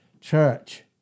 church